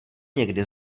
někdy